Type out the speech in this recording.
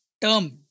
term